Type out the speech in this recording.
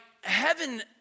Heaven